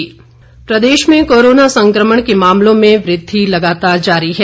Himachal corona Pradesh में corona संक्रमण के मामलों में वृद्धि लगातार जारी है